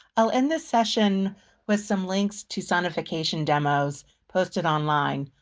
i'll end this session with some links to sonification demos posted online.